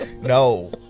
No